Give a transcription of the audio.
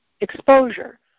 exposure